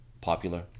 popular